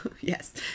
yes